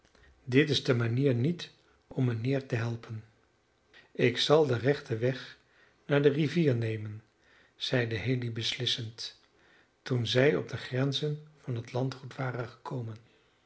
dit is de manier niet om mijnheer te helpen ik zal den rechten weg naar de rivier nemen zeide haley beslissend toen zij op de grenzen van het landgoed waren gekomen